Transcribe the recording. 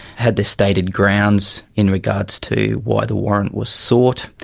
had the stated grounds in regards to why the warrant was sought,